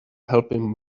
helping